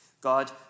God